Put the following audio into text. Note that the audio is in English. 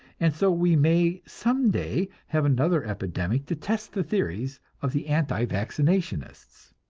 and so we may some day have another epidemic to test the theories of the anti-vaccinationists.